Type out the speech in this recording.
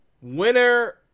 Winner